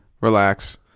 relax